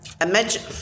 Imagine